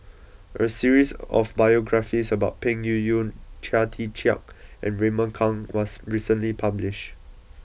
a series of biographies about Peng Yuyun Chia Tee Chiak and Raymond Kang was recently published